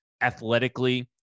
athletically